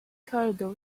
ricardo